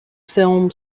film